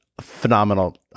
Phenomenal